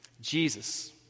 Jesus